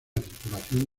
circulación